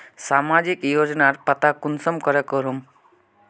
सामाजिक योजनार पता कुंसम करे करूम?